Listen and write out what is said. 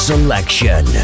Selection